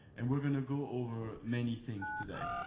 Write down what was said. and we're going to go over many things today.